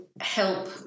help